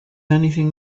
anything